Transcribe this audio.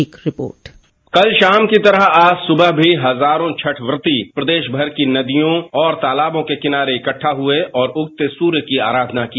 एक रिपोर्ट कल शाम की तरह आज सुबह भी हजारों छठ व्रती प्रदेश भर की नदियों और तालाबों के किनारे इकट्ठा हुए और उगते सूर्य की आराधना की